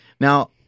now